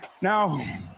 Now